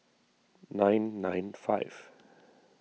nine nine five